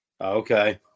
Okay